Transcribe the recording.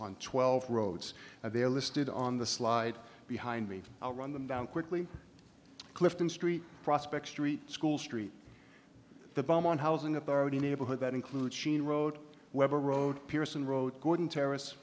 on twelve roads and they're listed on the slide behind me i'll run them down quickly clifton street prospect street school street the bomb on housing authority neighborhood that includes sheen road weber road pearson road gordon terr